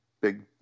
big